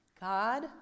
God